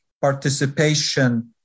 participation